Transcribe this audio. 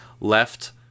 left